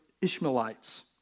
Ishmaelites